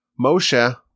Moshe